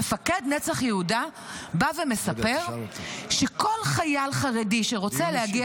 מפקד נצח יהודה בא ומספר שכל חייל חרדי שרוצה להגיע